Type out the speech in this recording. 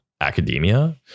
academia